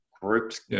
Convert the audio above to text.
groups